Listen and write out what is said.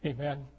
Amen